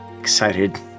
excited